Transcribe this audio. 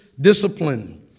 discipline